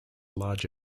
large